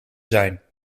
zijn